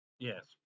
Yes